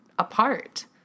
apart